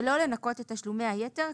שלא לנכות את תשלומי היתר,